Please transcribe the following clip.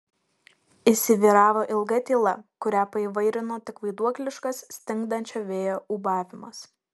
įsivyravo ilga tyla kurią paįvairino tik vaiduokliškas stingdančio vėjo ūbavimas